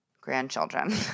grandchildren